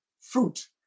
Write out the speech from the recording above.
fruit